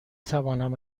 توانم